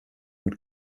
mit